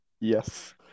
Yes